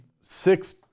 six